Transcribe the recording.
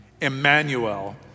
Emmanuel